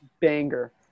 banger